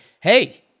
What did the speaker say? hey